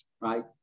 right